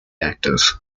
active